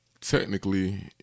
Technically